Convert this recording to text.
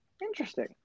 Interesting